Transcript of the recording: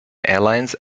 airlines